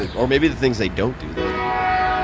or maybe the things they don't do that other people do?